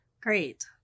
Great